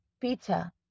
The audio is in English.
peter